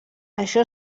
això